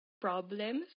problems